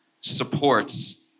supports